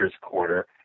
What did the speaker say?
quarter